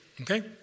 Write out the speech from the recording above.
Okay